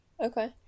okay